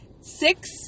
six